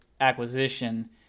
acquisition –